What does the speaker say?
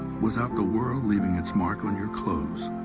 without the world leaving its mark on your clothes.